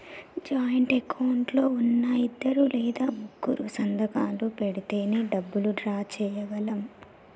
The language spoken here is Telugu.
జాయింట్ అకౌంట్ లో ఉన్నా ఇద్దరు లేదా ముగ్గురూ సంతకాలు పెడితేనే డబ్బులు డ్రా చేయగలం